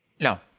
no